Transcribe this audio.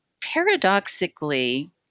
paradoxically